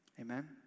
Amen